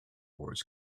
wars